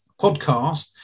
podcast